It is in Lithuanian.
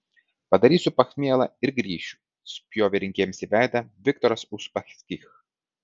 padarysiu pachmielą ir grįšiu spjovė rinkėjams į veidą viktoras uspaskich